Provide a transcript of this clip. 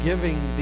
giving